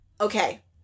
okay